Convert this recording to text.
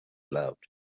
loved